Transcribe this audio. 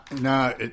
No